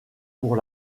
pour